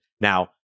Now